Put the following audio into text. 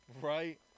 Right